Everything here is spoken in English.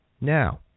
Now